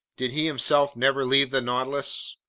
did he himself never leave the nautilus?